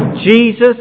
Jesus